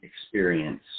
experience